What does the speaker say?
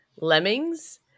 Lemmings